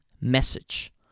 message